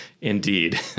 Indeed